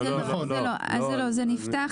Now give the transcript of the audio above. זה נפתח.